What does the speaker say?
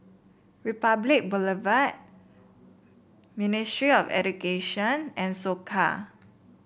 Republic Boulevard Ministry of Education and Soka